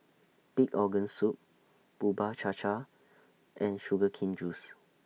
Pig Organ Soup Bubur Cha Cha and Sugar Cane Juice